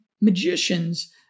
magicians